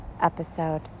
episode